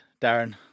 Darren